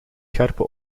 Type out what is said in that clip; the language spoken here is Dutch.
scherpe